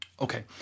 Okay